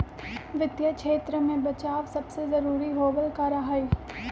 वित्तीय क्षेत्र में बचाव सबसे जरूरी होबल करा हई